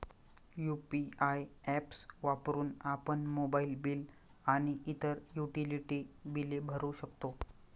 UPI apps वापरून आपण mobile bill आणि इतर युटिलिटी बिले भरू शकतो